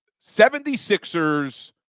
76ers